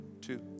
two